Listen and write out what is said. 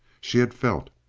she had felt.